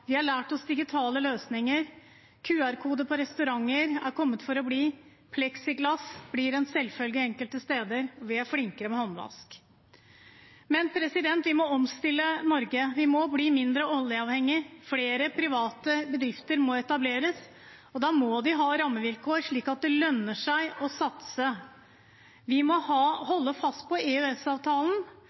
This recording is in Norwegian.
Vi har lært oss digitale løsninger, QR-koder på restauranter har kommet for å bli, pleksiglass blir en selvfølge enkelt steder, og vi er flinkere med håndvask. Men vi må omstille Norge. Vi må bli mindre oljeavhengig. Flere private bedrifter må etableres, og da må de ha rammevilkår slik at det lønner seg å satse. Vi må holde fast på